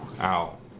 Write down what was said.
Ow